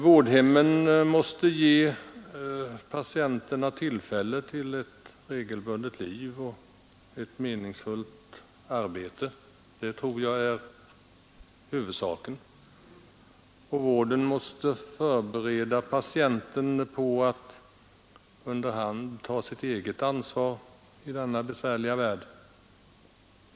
Vårdhemmen måste ge patienterna tillfälle till ett regelbundet liv och ett meningsfullt arbete. Det tror jag är huvudsaken. Vården måste också förbereda patienten på att under hand ta sitt eget ansvar i denna besvärliga värld.